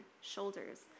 shoulders